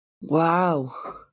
Wow